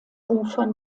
ufern